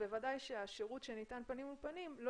בוודאי שהשירות שניתן פנים אל פנים לא